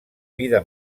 mida